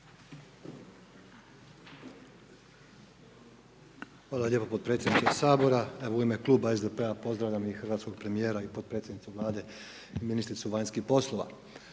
Hvala lijepo podpredsjedniče Sabora. Evo u ime kluba SDP-a pozdravljam i hrvatskog premijera i podpredsjednicu Vlade, ministricu vanjskih poslova.